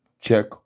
Check